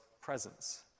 presence